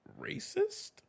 racist